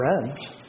friends